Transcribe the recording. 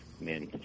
men